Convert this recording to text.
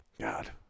God